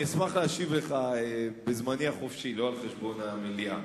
אשמח להשיב לך בזמני החופשי, לא על חשבון המליאה.